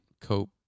cope